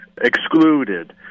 excluded